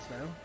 now